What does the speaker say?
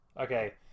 Okay